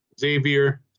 Xavier